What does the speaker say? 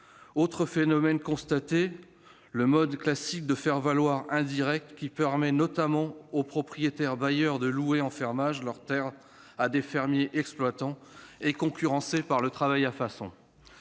autre phénomène : le mode classique de faire-valoir indirect, qui permet notamment aux propriétaires bailleurs de louer en fermage leurs terres à des fermiers exploitants, est concurrencé par le travail à façon.